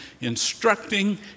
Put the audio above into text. instructing